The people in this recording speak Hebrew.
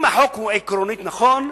אם החוק הוא עקרונית נכון,